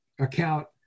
account